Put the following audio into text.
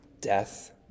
death